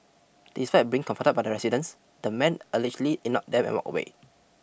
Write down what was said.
despite being confronted by the residents the man allegedly ignored them and walked away